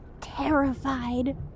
terrified